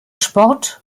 sport